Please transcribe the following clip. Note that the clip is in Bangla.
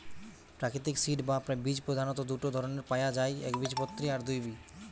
প্রাকৃতিক সিড বা বীজ প্রধাণত দুটো ধরণের পায়া যায় একবীজপত্রী আর দুই